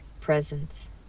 presence